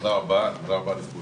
תודה רבה לכולם.